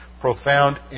profound